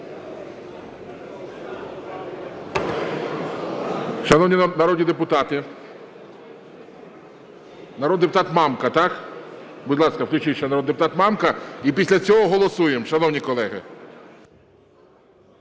Шановні народні депутати… Народний депутат Мамка, так? Будь ласка, включіть. Шановний депутат Мамка. І після цього голосуємо, шановні колеги.